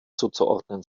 zuzuordnen